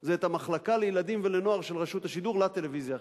זה את המחלקה לילדים ולנוער של רשות השידור לטלוויזיה החינוכית.